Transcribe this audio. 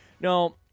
No